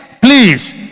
please